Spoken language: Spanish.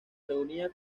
reunía